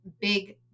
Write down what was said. big